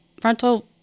frontal